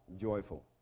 joyful